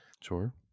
Sure